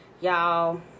y'all